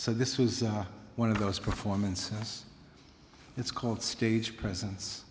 so this was one of those performances it's called stage presence